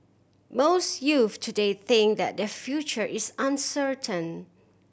most youths today think that their future is uncertain